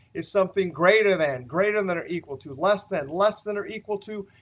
is something greater than, greater than than or equal to, less than, less than or equal to,